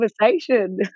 conversation